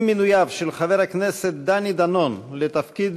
עם מינויו של חבר הכנסת דני דנון לתפקיד